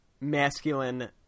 masculine